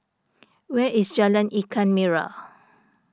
where is Jalan Ikan Merah